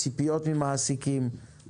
ציפיות ממעסיקים,